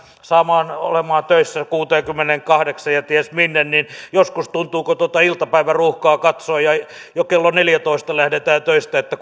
saamaan olemaan töissä kuuteenkymmeneenkahdeksaan ja ties minne niin joskus tuntuu kun tuota iltapäiväruuhkaa katsoo ja jo kello neljääntoista lähdetään töistä että